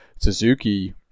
Suzuki